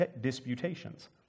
disputations